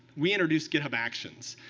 we introduced github actions,